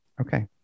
okay